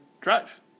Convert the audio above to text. drive